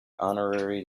honorary